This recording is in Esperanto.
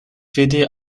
fidi